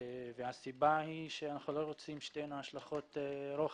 הסיבה היא שאנחנו לא רוצים שיהיו השלכות רוחב.